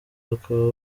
bakaba